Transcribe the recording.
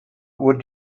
would